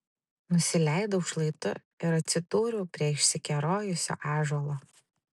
nusileidau šlaitu ir atsidūriau prie išsikerojusio ąžuolo